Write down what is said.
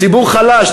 ציבור חלש,